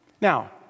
Now